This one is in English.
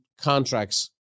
contracts